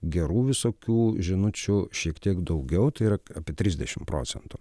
gerų visokių žinučių šiek tiek daugiau tai yra apie trisdešimt procentų